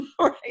right